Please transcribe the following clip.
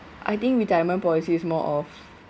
I think retirement policy is more of